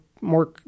more